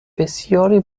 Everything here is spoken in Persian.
بسیاری